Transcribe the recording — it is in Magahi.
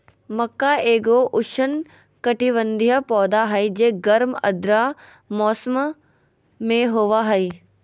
मक्का एगो उष्णकटिबंधीय पौधा हइ जे गर्म आर्द्र मौसम में होबा हइ